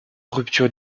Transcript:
rupture